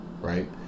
right